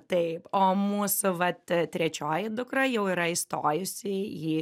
taip o mūsų vat trečioji dukra jau yra įstojusi į